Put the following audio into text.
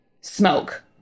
smoke